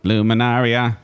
Luminaria